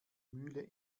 mühle